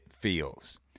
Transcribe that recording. feels